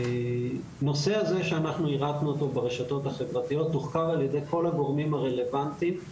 הנושא הזה תוחקר על ידי כל הגורמים הרלוונטיים,